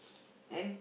and